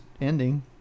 ending